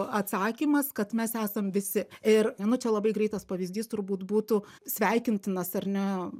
atsakymas kad mes esam visi ir nu čia labai greitas pavyzdys turbūt būtų sveikintinas ar ne